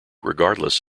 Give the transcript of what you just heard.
regardless